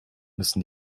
müssen